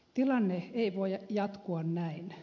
tilanne ei voi jatkua näin